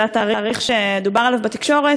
זה התאריך שדובר עליו בתקשורת,